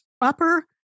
Upper